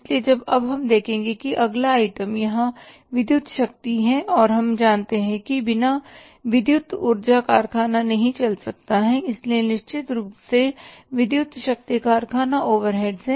इसलिए अब हम देखेंगे कि अगला आइटम यहाँ विद्युत शक्ति है और हम जानते हैं कि बिना विद्युत ऊर्जा कारखाना नहीं चल सकता है इसलिए निश्चित रूप से विद्युत शक्ति कारखाना ओवरहेड्स है